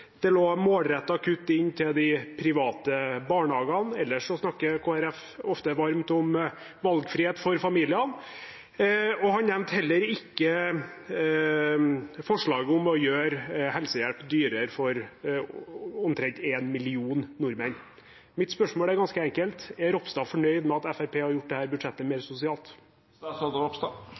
det lå målrettede kutt inne til de private barnehagene – ellers snakker Kristelig Folkeparti ofte varmt om valgfrihet for familiene – og han nevnte heller ikke forslaget om å gjøre helsehjelp dyrere for omtrent en million nordmenn. Mitt spørsmål er ganske enkelt: Er Ropstad fornøyd med at Fremskrittspartiet har gjort dette budsjettet mer